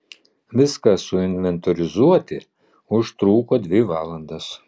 viską suinventorizuoti užtruko dvi valandas